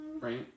Right